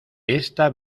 esta